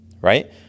Right